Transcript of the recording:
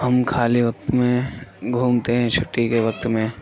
ہم خالی وقت میں گھومتے ہیں چھٹی کے وقت میں